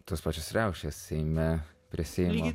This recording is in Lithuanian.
tas pačias riaušes seime prisiminė